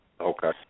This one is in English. Okay